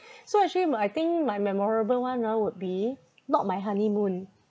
so actually m~ I think my memorable one ah would be not my honeymoon